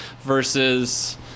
versus